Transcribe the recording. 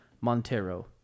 Montero